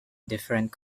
different